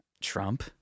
Trump